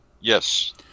Yes